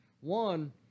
one